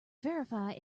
verify